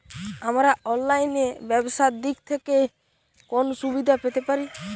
আমরা অনলাইনে ব্যবসার দিক থেকে কোন সুবিধা পেতে পারি?